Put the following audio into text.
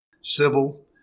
civil